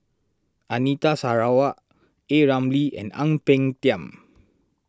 Anita Sarawak A Ramli and Ang Peng Tiam